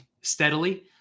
steadily